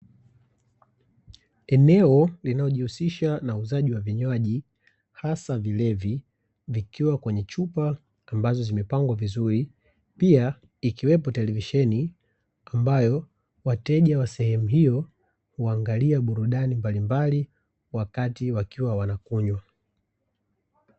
Eneo linalojihusisha na uuzaji wa vinywaji hasa vilevi zikiwa kwenye chupa ambazo zimepangwa vizuri, pia ikiwepo televisheni ambayo wateja wa sehemu hiyo hiangalia burudani mbalimbali wakati wakiwa wanakunywa.